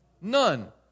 None